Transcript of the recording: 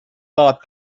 thought